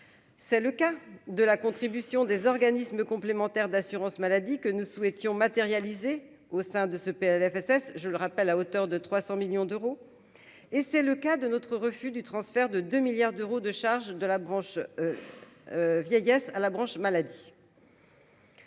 c'est le cas de la contribution des organismes complémentaires d'assurance maladie que nous souhaitions matérialisée au sein de ce Plfss, je le rappelle, à hauteur de 300 millions d'euros, et c'est le cas de notre refus du transfert de 2 milliards d'euros de charge de la branche vieillesse à la branche maladie.